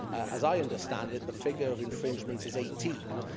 as i understand it, the figure of infringements is eighteen,